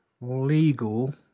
legal